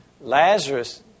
Lazarus